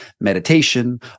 Meditation